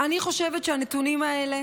אני חושבת שהנתונים האלה